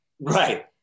Right